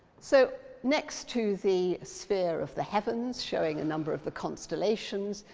so, next to the sphere of the heavens, showing a number of the constellations,